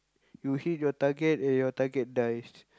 you hit your target and your target dies